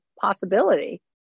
possibility